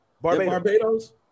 Barbados